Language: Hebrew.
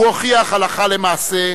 הוא הוכיח זאת הלכה למעשה,